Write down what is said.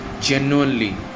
genuinely